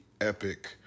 epic